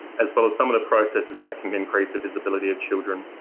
as well as some of the processes that can increase the visibility of children.